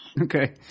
Okay